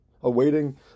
awaiting